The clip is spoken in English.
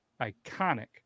iconic